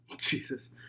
Jesus